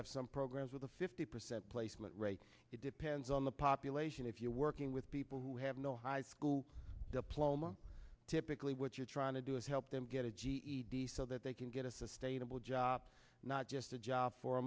have some programs with a fifty percent placement rate it depends on the population if you're working with people who have no high school diploma typically what you're trying to do is help them get a ged so that they can get a sustainable job not just a job for a